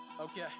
Okay